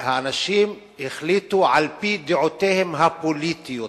אנשים החליטו על-פי דעותיהם הפוליטיות,